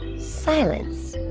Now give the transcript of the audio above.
silence